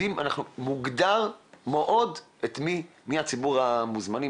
מוגדר מאוד מי הציבור המוזמן.